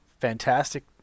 fantastic